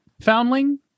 foundling